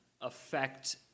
affect